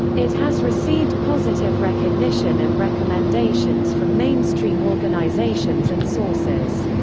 it has received positive recognition and recommendations from mainstream organizations and sources.